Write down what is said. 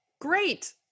great